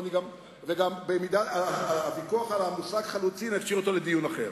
את הוויכוח על המושג "חלוצים" נשאיר לדיון אחר.